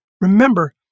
remember